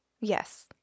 Yes